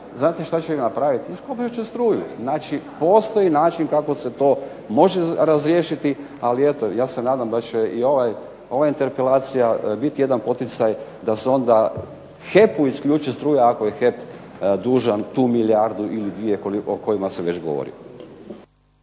Znate šta će im napraviti? Iskopčat će struju. Znači, postoji način kako se to može razriješiti. Ali eto, ja se nadam da će i ova interpelacija biti jedan poticaj da se onda HEP-u isključi struja ako je HEP dužan tu milijardu ili dvije o kojima se već govori.